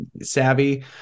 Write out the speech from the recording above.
savvy